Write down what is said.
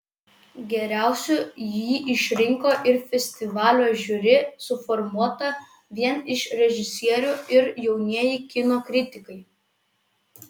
geriausiu jį išrinko ir festivalio žiuri suformuota vien iš režisierių ir jaunieji kino kritikai